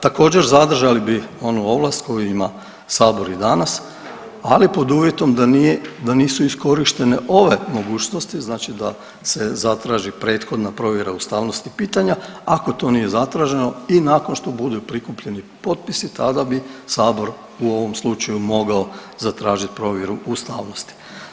Također zadržali bi onu ovlast koju ima sabor i danas, ali pod uvjetom da nije, da nisu iskorištene ove mogućnosti, znači da se zatraži prethodna provjera ustavnosti pitanja ako to nije zatraženo i nakon što budu prikupljeni potpisi tada bi sabor u ovom slučaju mogao zatražit provjeru ustavnosti.